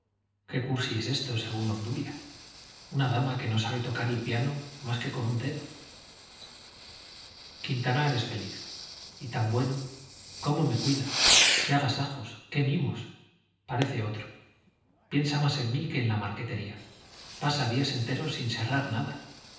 es esto según obdulia una dama que no sabe tocar el piano más que con un dedo quintanar es feliz y es tan bueno cómo me cuida qué agasajos qué mimos parece otro piensa más en mí que en la marquetería pasa días enteros sin serrar nada